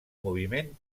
moviment